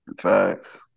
Facts